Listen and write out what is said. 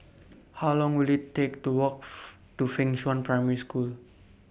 How Long Will IT Take to Walk to Fengshan Primary School